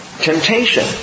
temptation